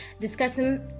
discussing